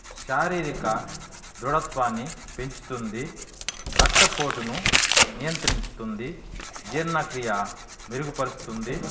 శారీరక దృఢత్వాన్ని పెంచుతుంది రక్తపోటును నియంత్రించుతుంది జీర్ణక్రియ మెరుగుపరుస్తుంది